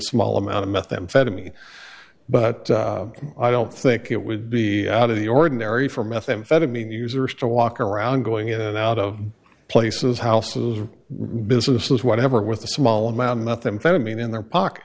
small amount of methamphetamine but i don't think it would be out of the ordinary for methamphetamine users to walk around going in and out of places houses and businesses whatever with a small amount of methamphetamine in their pocket